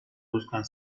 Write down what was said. buscan